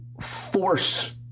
force